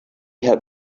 had